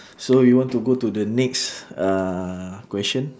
so you want to go to the next uh question